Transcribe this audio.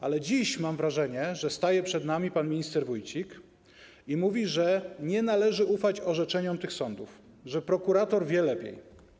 Ale dziś, mam wrażenie, staje przed nami pan minister Wójcik i mówi, że nie należy ufać orzeczeniom tych sądów, że prokurator wie lepiej.